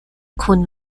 kun